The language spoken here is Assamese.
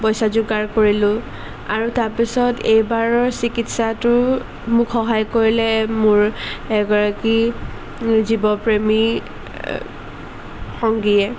পইচা যোগাৰ কৰিলোঁ আৰু তাৰপিছত এইবাৰৰ চিকিৎসাটোত মোক সহায় কৰিলে মোৰ এগৰাকী জীৱপ্ৰেমী সংগীয়ে